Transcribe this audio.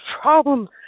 problem